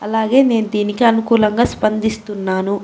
అలాగే నేను దీనికి అనుకూలంగా స్పందిస్తున్నాను